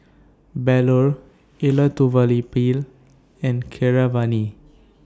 Bellur Elattuvalapil and Keeravani